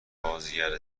بازیگر